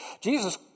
Jesus